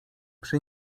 przy